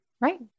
Right